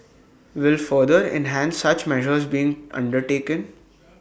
will further enhance such measures being undertaken